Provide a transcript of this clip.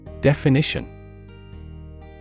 Definition